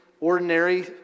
ordinary